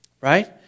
Right